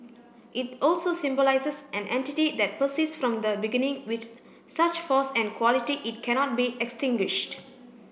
it also symbolises an entity that persists from the beginning with such force and quality it cannot be extinguished